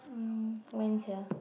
hmm when sia